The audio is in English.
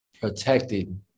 protected